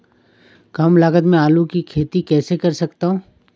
कम लागत में आलू की खेती कैसे कर सकता हूँ?